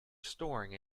storing